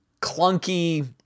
clunky